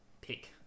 pick